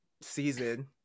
season